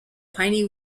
piney